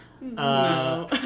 No